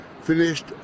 finished